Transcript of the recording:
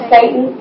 Satan